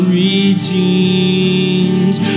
redeemed